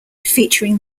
featuring